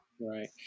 Right